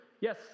yes